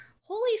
holy